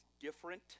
different